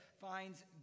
finds